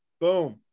boom